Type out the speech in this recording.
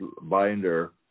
binder